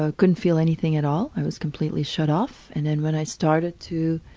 ah couldn't feel anything at all, i was completely shut off and and when i started to